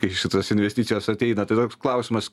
kai į šitas investicijas ateina tai toks klausimas